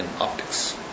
optics